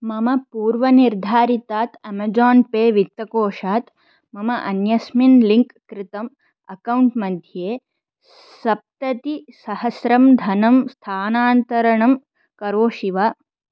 मम पूर्वनिर्धारितात् Amazon pay वित्तकोषात् मम अन्यस्मिन् लिङ्क् कृतम् अक्कौण्ट्मध्ये सप्ततिसहस्रं धनं स्थानान्तरणं करोषि वा